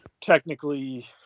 technically